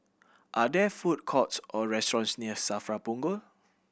are there food courts or restaurants near SAFRA Punggol